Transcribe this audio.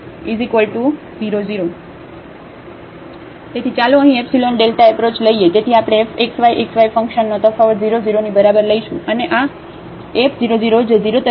તેથી આપણે f xy xy function નો તફાવત 0 0 ની બરાબર લઈશું અને આ f 0 0 જે 0 તરીકે આપવામાં આવે છે